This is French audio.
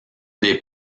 des